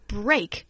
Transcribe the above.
break